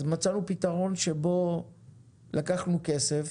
אז מצאנו פתרון שבו לקחנו כסף,